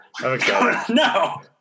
No